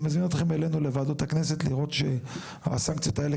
אני מזמין אתכם אלינו לוועדות הכנסת לראות שהסנקציות האלה